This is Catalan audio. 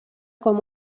com